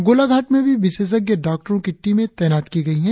गोलाघाट में भी विशेषज्ञ डॉक्टरों की टीमें तैनात की गई हैं